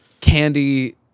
Candy